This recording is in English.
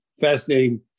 fascinating